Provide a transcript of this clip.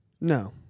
No